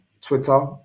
twitter